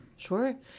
Sure